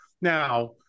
Now